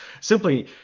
simply